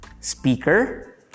speaker